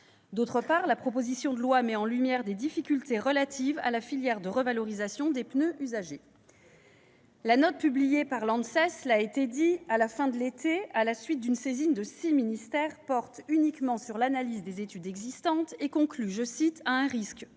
D'autre part, la proposition de loi met en lumière des difficultés relatives à la filière de revalorisation des pneus usagés. La note publiée par l'ANSES à la fin de l'été, à la suite d'une saisine de six ministères, porte uniquement sur l'analyse des études existantes et conclut « à un risque